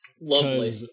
Lovely